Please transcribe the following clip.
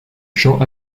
chant